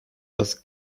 das